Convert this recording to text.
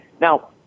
Now